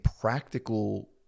practical